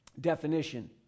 definition